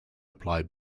apply